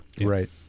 Right